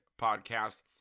podcast